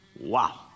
wow